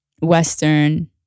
Western